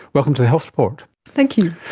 welcome to the health report. thank you.